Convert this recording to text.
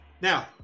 Now